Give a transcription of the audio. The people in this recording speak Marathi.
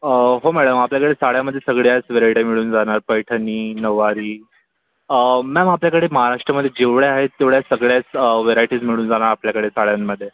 हो मॅडम आपल्याकडे साड्यामध्ये सगळ्याच व्हरायट्या मिळून जाणार पैठणी नव्वारी आ मॅम आपल्याकडे महाराष्ट्रामध्ये जेवढ्या आहेत तेवढ्या सगळ्याच व्हरायटीज मिळून जाणार आपल्याकडे साड्यांमध्ये